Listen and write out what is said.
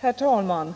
Herr talman!